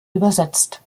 übersetzt